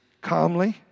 Calmly